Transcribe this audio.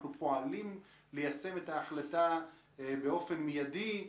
אנחנו פועלים ליישם את ההחלטה באופן מיידי.